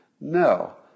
No